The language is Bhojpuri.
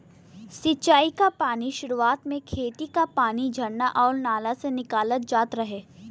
सिंचाई क पानी सुरुवात में खेती क पानी झरना आउर नाला से निकालल जात रहे